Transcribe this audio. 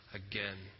again